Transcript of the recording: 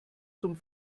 zum